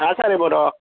आसा रे बरो हय